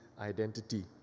identity